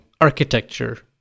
architecture